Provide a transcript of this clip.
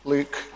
Luke